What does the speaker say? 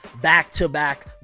back-to-back